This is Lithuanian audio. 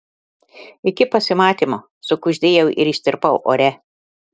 iki pasimatymo sukuždėjau ir ištirpau ore